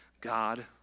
God